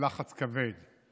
בלחץ כבד.